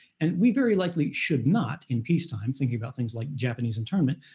and we very likely should not, in peacetime, thinking about things like japanese internment.